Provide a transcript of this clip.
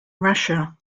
russia